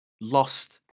lost